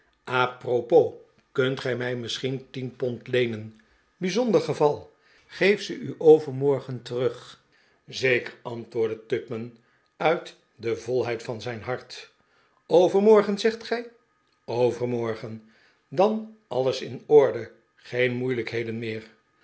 kunt gij mij misschien tien pond leenen bijzonder geval geef ze u overmorgen terug zeker antwoordde tupman uit de volheid van zijn hart overmorgen zegt gij overmorgen dan alles in orde geen moeilijkheden meer